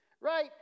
right